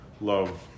Love